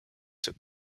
took